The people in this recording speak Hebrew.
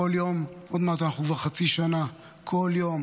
עוד מעט אנחנו כבר חצי שנה, ובכל יום